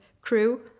crew